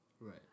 Right